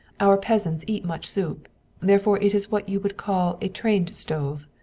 our peasants eat much soup therefore it is what you would call a trained stove.